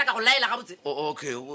okay